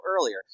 earlier